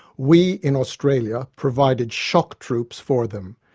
we, in australia, provided shock troops for them,